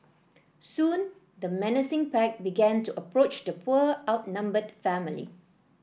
soon the menacing pack began to approach the poor outnumbered family